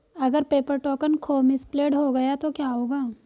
अगर paper token खो misplaced गया तो क्या होगा?